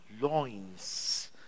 loins